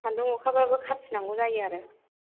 सान्दुं अखाब्लाबो खाथिनांगौ जायो आरो